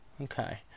Okay